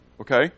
Okay